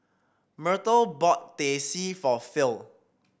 Myrtle bought Teh C for Phil